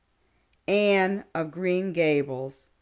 anne of green gables,